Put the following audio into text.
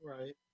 Right